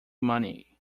money